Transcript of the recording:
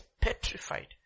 petrified